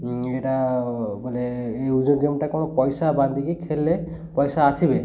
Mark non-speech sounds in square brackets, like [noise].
ଏଇଟା ବୋଲେ ଏଇ [unintelligible] ଗେମ୍ଟା କ'ଣ ପଇସା ବାନ୍ଧିକି ଖେଳିଲେ ପଇସା ଆସିବେ